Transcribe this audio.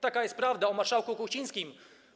Taka jest prawda o marszałku Kuchcińskim.